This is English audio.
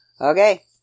Okay